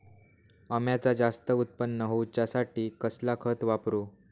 अम्याचा जास्त उत्पन्न होवचासाठी कसला खत वापरू?